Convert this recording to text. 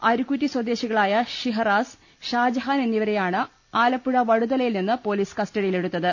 അരുക്കുറ്റി സ്വദേശികളായ ഷിഹറാസ് ഷാജഹാൻ എന്നിവരെയാണ് ആല പ്പുഴ വടുത്ലയിൽ നിന്ന് പൊലീസ് കസ്റ്റഡിയിലെടുത്തത്